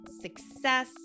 success